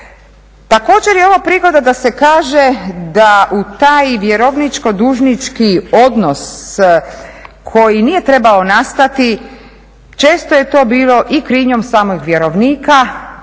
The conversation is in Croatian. Također je ovo prigoda da se kaže da u taj vjerovničko-dužnički odnos koji nije trebao nastati često je to bilo i krivnjom samih vjerovnika